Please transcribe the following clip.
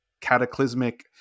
cataclysmic